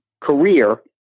career